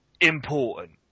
important